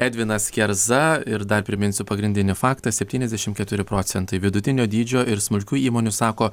edvinas kerza ir dar priminsiu pagrindinį faktą septyniasdešim keturi procentai vidutinio dydžio ir smulkių įmonių sako